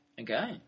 Okay